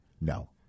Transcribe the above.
No